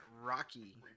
Rocky